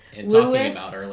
Lewis